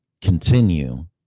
continue